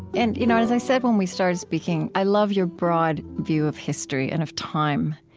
and, you know and, as i said when we started speaking, i love your broad view of history, and of time.